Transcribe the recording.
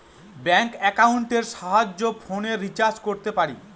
bank একাউন্টের সাহায্যে ফোনের রিচার্জ করতে পারি